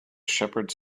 shepherds